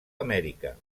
amèrica